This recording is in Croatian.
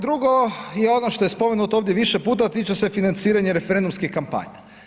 Drugo je ono što je spomenuto ovdje više puta, a tiče se financiranja referendumskih kampanja.